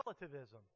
relativism